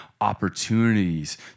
opportunities